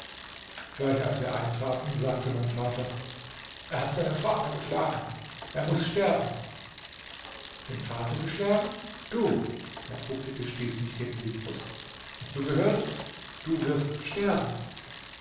gleich als wir eintraten sagte mein vater er hat seinen vater geschlagen er muß sterben den vater geschlagen du der bucklige stieß mich gegen die brust hast du gehört du wirst sterben